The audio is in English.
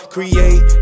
Create